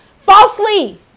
falsely